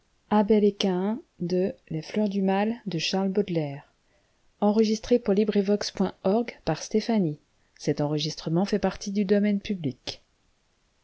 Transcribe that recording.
les fleurs du mal ne